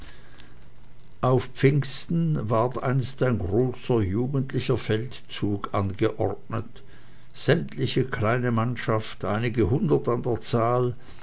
auf pfingsten ward einst ein großer jugendlicher feldzug angeordnet sämtliche kleine mannschaft einige hundert an der zahl